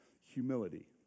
humility